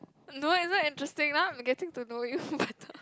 no it's not interesting lah I'm getting to know you better